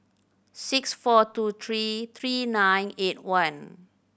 six four two three three nine eight one